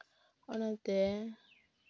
ᱚᱱᱟᱛᱮ